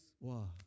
wow